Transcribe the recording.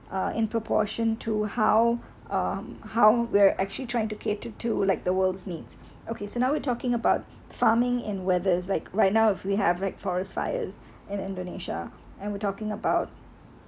uh in proportion to how um how were actually trying to to to like the world's needs okay so now we're talking about farming and weather's like right now if we have right forest fires in indonesia and we're talking about